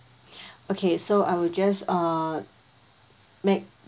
okay so I will just uh make